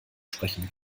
sprechen